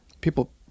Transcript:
people